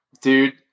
Dude